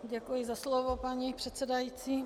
Děkuji za slovo, paní předsedající.